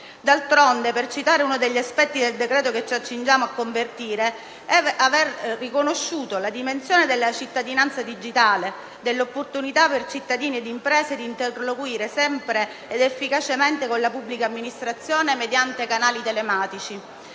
D'altronde, per citare uno degli aspetti del decreto-legge che ci accingiamo a convertire, aver riconosciuto la dimensione della cittadinanza digitale, delle opportunità per cittadini ed imprese di interloquire sempre ed efficacemente con la pubblica amministrazione mediante canali telematici